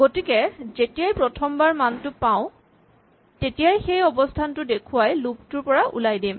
গতিকে যেতিয়াই প্ৰথমবাৰ মানটো পাওঁ তেতিয়াই সেই অৱস্হানটো দেখুৱাই লুপ টোৰ পৰা ওলাই দিম